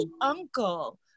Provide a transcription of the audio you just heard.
uncle